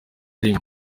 rimwe